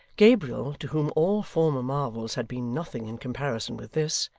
gabriel, to whom all former marvels had been nothing in comparison with this,